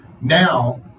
Now